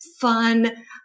fun